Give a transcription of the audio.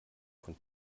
von